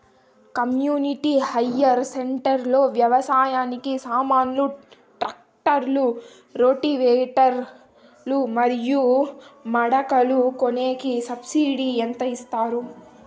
community hire centre లో వ్యవసాయానికి సామాన్లు ట్రాక్టర్లు రోటివేటర్ లు మరియు మడకలు కొనేకి సబ్సిడి ఎంత ఇస్తారు